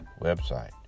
website